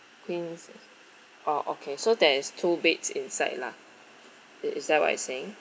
queen oh okay so there's two beds inside lah is is that what you're saying